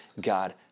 God